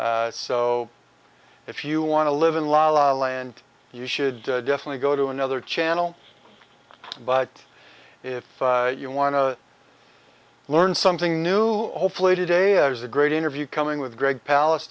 up so if you want to live in la la land you should definitely go to another channel but if you want to learn something new hopefully today is a great interview coming with greg pala